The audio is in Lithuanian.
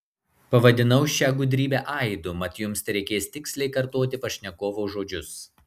pavadinau šią gudrybę aidu mat jums tereikės tiksliai kartoti pašnekovo žodžius